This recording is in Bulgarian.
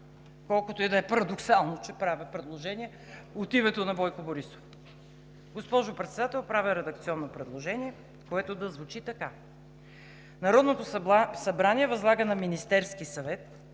колкото и да е парадоксално, че правя предложение от името на Бойко Борисов. Госпожо Председател, правя редакционно предложение, което да звучи така: „Народното събрание възлага на Министерския съвет